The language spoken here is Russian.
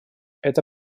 это